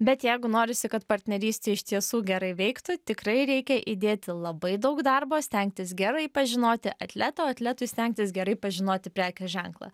bet jeigu norisi kad partnerystė iš tiesų gerai veiktų tikrai reikia įdėti labai daug darbo stengtis gerai pažinoti atletą o atletui stengtis gerai pažinoti prekės ženklą